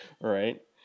right